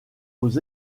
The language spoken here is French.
aux